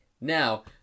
now